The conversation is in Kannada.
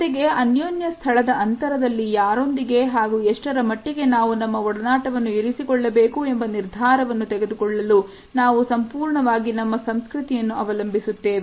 ಜೊತೆಗೆ ಅನ್ಯೋನ್ಯ ಸ್ಥಳದ ಅಂತರದಲ್ಲಿ ಯಾರೊಂದಿಗೆ ಹಾಗೂ ಎಷ್ಟರ ಮಟ್ಟಿಗೆ ನಾವು ನಮ್ಮ ಒಡನಾಟವನ್ನು ಇರಿಸಿಕೊಳ್ಳಬೇಕು ಎಂಬ ನಿರ್ಧಾರವನ್ನು ತೆಗೆದುಕೊಳ್ಳಲು ನಾವು ಸಂಪೂರ್ಣವಾಗಿ ನಮ್ಮ ಸಂಸ್ಕೃತಿಯನ್ನು ಅವಲಂಬಿಸುತ್ತೇವೆ